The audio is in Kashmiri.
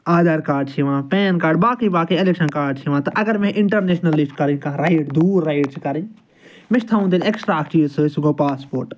آدھار کارڈ چھِ یِوان پین کارڈ باقٕے باقٕے اٮ۪لَکشَن کارڈ چھِ یِوان تہٕ اگر مےٚ اِنٹَرنیشنَلٕچ کَرٕنۍ رایِڈ دوٗر رایِڈ کَرٕنۍ مےٚ چھِ تھاوُن تیٚلہِ اٮ۪کٕسٹرا اَکھ چیٖز سۭتۍ سُہ گوٚو پاسپورٹ